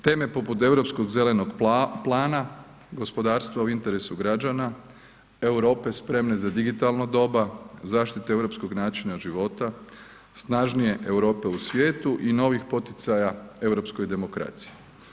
Teme poput europskog zelenog plana gospodarstva u interesu građana Europe spremne za digitalno doba zaštite europskog načina života, snažnije Europe u svijetu i novih poticaja europskoj demokraciji.